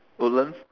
woodlands